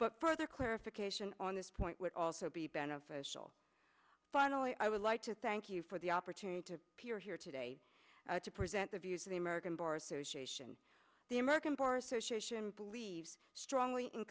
but further clarification on this point would also be beneficial finally i would like to thank you for the opportunity to appear here today to present the views of the american bar association the american bar association believes strongly in